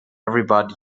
everybody